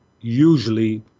usually